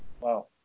Wow